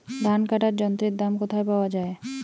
ধান কাটার যন্ত্রের দাম কোথায় পাওয়া যায়?